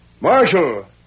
Marshal